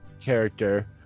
character